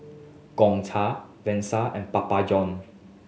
Gongcha Versace and Papa Johns